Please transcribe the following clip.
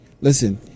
Listen